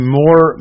more